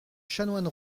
chanoine